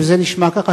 אם זה נשמע כך,